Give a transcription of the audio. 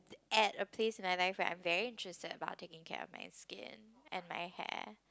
at a place in my life right I am very interested about taking care of my skin and my hair